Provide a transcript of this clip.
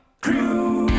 Crew